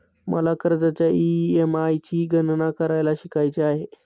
मला कर्जाच्या ई.एम.आय ची गणना करायला शिकायचे आहे